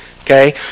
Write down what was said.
Okay